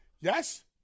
Yes